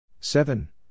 Seven